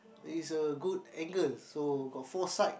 is a good angle so got four side